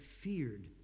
feared